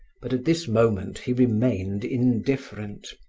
but at this moment he remained indifferent,